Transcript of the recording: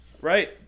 Right